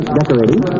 decorating